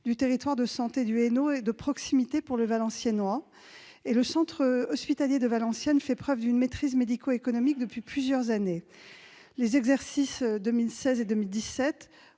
du territoire de santé du Hainaut et de proximité pour le Valenciennois, ce centre hospitalier fait preuve d'une maîtrise médico-économique depuis plusieurs années. Les exercices 2016 et 2017,